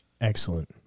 Excellent